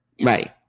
Right